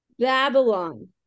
Babylon